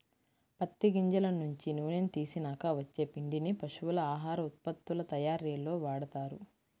పత్తి గింజల నుంచి నూనెని తీసినాక వచ్చే పిండిని పశువుల ఆహార ఉత్పత్తుల తయ్యారీలో వాడతారు